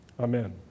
Amen